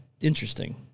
interesting